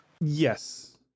Yes